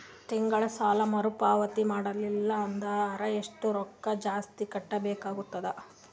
ತಿಂಗಳ ಸಾಲಾ ಮರು ಪಾವತಿ ಮಾಡಲಿಲ್ಲ ಅಂದರ ಎಷ್ಟ ರೊಕ್ಕ ಜಾಸ್ತಿ ಕಟ್ಟಬೇಕಾಗತದ?